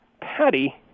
Patty